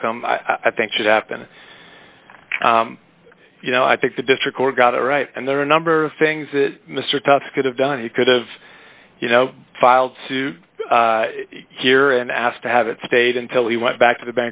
outcome i think should happen you know i think the district or got it right and there are a number of things that mr touts could have done he could've you know filed suit here and asked to have it stayed until he went back to the